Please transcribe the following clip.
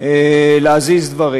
להזיז דברים.